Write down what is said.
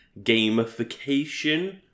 gamification